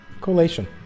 Collation